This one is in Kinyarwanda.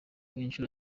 inshuro